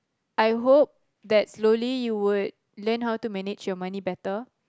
I hope that slowly you would learn how to manage your money better